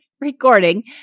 recording